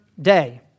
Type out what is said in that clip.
day